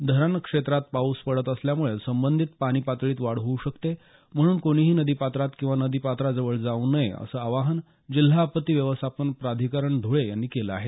धरण क्षेत्रात पाऊस पडत असल्यामुळे संबंधीत पाणी पातीळीत वाढ होऊ शकते म्हणून कोणीही नदीपात्रात किंवा नदीपात्रा जवळ जाऊ नये असं आवाहन जिल्हा आपत्ती व्यवस्थापन प्राधिकरणातर्फे करण्यात आलं आहे